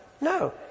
No